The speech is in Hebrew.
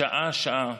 שעה-שעה,